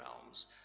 realms